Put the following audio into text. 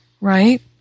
right